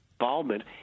involvement